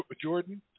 jordan